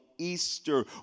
Easter